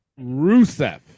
Rusev